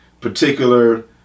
particular